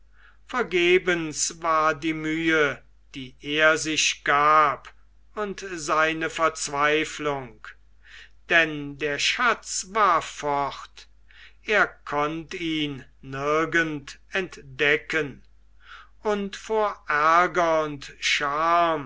vergebens war die mühe die er sich gab und seine verzweiflung denn der schatz war fort er konnt ihn nirgend entdecken und vor ärger und